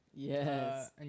Yes